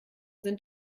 sind